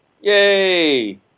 Yay